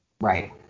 Right